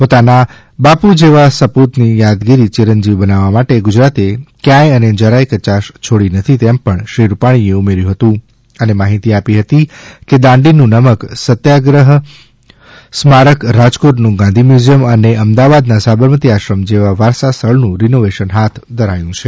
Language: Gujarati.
પોતાના બાપુ જેવા સપૂતની યાદગીરી ચિરંજીવ બનાવવા માટે ગુજરાતે ક્યાય અને જરાય કચાશ છોડી નથી તેમ પણ શ્રી રૂપાણી એ ઉમેર્યું હતું અને માહિતી આપી હતી કે દાંડીનું નમક સત્યાગ્રહ સ્મારક રાજકોટનું ગાંધી મ્યૂઝિયમ અને અમદાવાદના સાબરમતી આશ્રમ જેવા વારસા સ્થળનું રિનોવેશન હાથ ધરાયું છે